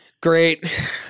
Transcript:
Great